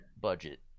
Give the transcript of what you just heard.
budget